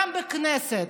גם בכנסת,